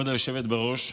כבוד היושבת בראש,